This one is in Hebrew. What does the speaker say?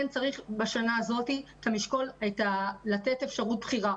בשנה זו צריך לשקול לתת אפשרות בחירה,